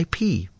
ip